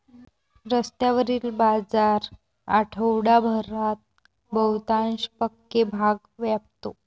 रस्त्यावरील बाजार आठवडाभरात बहुतांश पक्के भाग व्यापतो